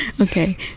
okay